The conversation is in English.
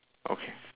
okay